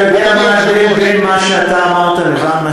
אתה יודע מה ההבדל בין מה שאתה אמרת לבין מה